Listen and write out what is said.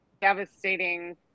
devastating